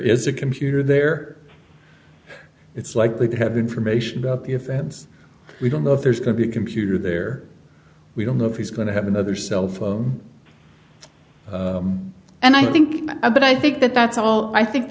is a computer there it's likely to have information if we don't know if there's going to be a computer there we don't know if he's going to have another cell phone and i think a but i think that that's all i think